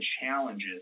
challenges